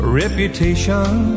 reputation